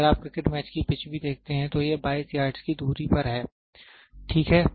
अगर आप cricket match की पिच भी देखते हैं तो यह 22 यार्डस् की दूरी पर है ठीक है